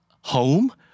home